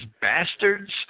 bastards